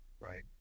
right